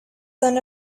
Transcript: son